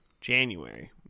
January